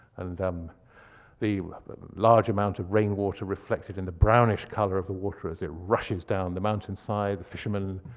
and um the the large amount of rainwater reflected in the brownish color of the water as it rushes down the mountainside, the fisherman,